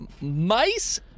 mice